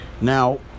Now